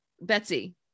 Betsy